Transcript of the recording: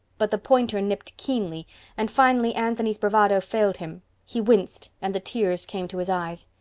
but the pointer nipped keenly and finally anthony's bravado failed him he winced and the tears came to his eyes.